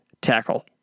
tackle